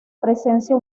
presencia